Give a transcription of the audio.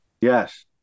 yes